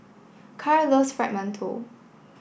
Carl loves Fried Mantou